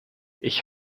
ich